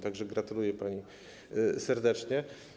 Tak że gratuluję pani serdecznie.